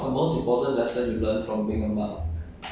I mean I learnt a lot there lah so